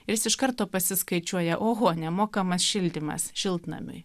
ir jis iš karto pasiskaičiuoja oho nemokamas šildymas šiltnamiui